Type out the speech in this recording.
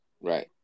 Right